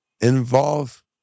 involve